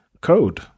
code